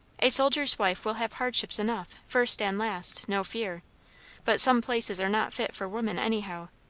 a soldier's wife will have hardships enough, first and last, no fear but some places are not fit for women anyhow.